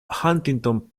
huntington